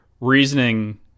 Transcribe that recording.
reasoning